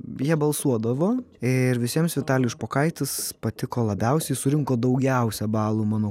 jie balsuodavo ir visiems vitalijus špokaitis patiko labiausiai surinko daugiausia balų mano